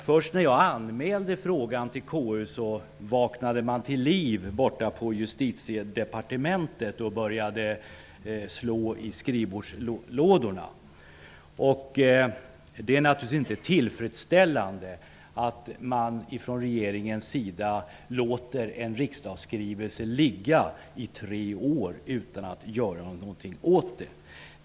Först när jag anmälde frågan till KU vaknade man till liv borta på Justitiedepartementet och började leta i skrivbordslådorna. Det är naturligtvis inte tillfredsställande att man från regeringens sida låter en riksdagsskrivelse ligga i tre år utan att göra någonting åt saken.